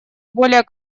более